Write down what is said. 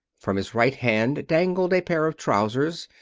from his right hand dangled a pair of trousers,